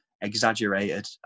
exaggerated